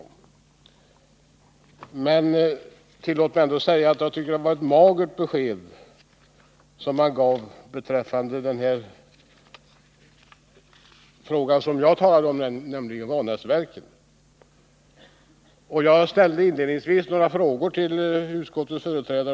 Men tillåt mig ändå säga att jag tycker att det var ett magert besked han gav beträffande den fråga jag talade om, nämligen Vanäsverken. Jag ställde inledningsvis några frågor till utskottets företrädare.